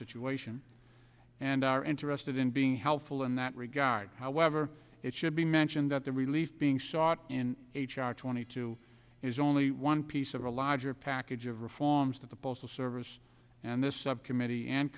situation and are interested in being helpful in that regard however it should be mentioned that the relief being sought in h r two thousand and two is only one piece of a larger package of reforms that the postal service and this subcommittee and